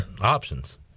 options